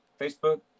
Facebook